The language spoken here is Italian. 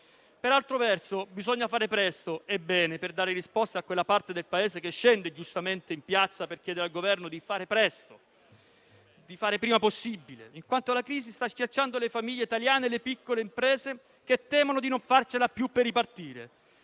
Per altro verso, bisogna fare presto e bene per dare risposta a quella parte del Paese che scende giustamente in piazza per chiedere al Governo di fare presto, di fare il prima possibile in quanto la crisi sta schiacciando le famiglie italiane e le piccole imprese che temono di non farcela più per ripartire.